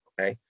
okay